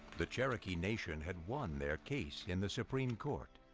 the cherokee nation had won their case in the supreme court.